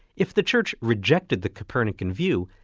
if the church rejected the copernican view,